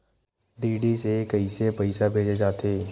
DD से कइसे पईसा भेजे जाथे?